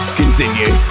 continue